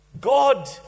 God